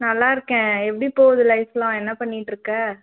நல்லாயிருக்கேன் எப்படி போகுது லைஃப்பெலாம் என்ன பண்ணிகிட்ருக்க